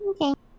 Okay